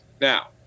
Now